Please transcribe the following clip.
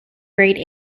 grade